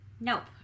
Nope